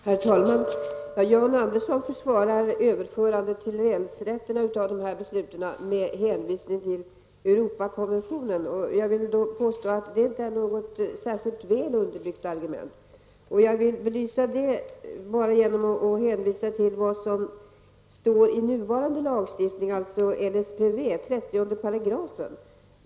Herr talman! Jan Andersson försvarar överförandet av dessa beslut till länsrätterna med hänvisning till Europakonventionen. Jag vill påstå att det inte är något särskilt väl underbyggt argument. Jag vill belysa detta genom att hänvisa till det som står i nuvarande lagstiftning, LSPV 30 §.